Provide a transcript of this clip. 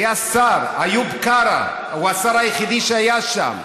היה שר, איוב קרא, הוא השר היחיד שהיה שם.